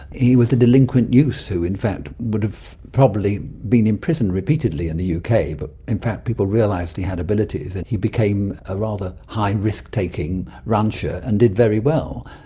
he was a delinquent youth who in fact would have probably been in prison repeatedly in the uk, but in fact people realised he had abilities and he became a rather high-risk-taking rancher and did very well.